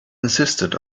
insisted